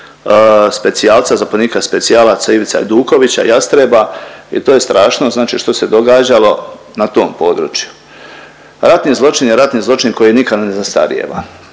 zapovjednika specijalaca Ivica Ajdukovića-Jastreba i to je strašno znači što se događalo na tom području. Ratni zločin je ratni zločin koji nikad ne zastarijeva